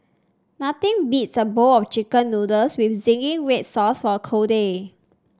nothing beats a bowl of chicken noodles with zingy red sauce on a cold day